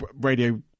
radio